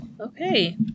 Okay